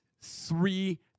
three